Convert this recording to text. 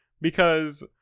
because-